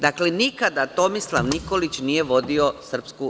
Dakle, nikada Tomislav Nikolić nije vodio SRS.